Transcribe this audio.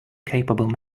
capable